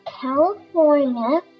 California